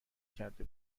کرده